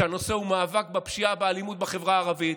והנושא הוא מאבק בפשיעה ובאלימות בחברה הערבית.